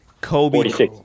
Kobe